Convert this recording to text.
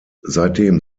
seitdem